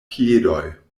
piedoj